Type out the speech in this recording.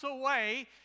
away